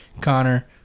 Connor